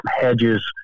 hedges